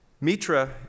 Mitra